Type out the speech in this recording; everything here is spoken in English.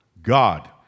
God